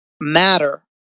matter